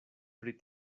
pri